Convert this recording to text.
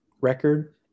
record